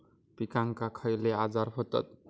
पिकांक खयले आजार व्हतत?